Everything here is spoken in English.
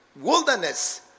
wilderness